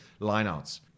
lineouts